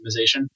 optimization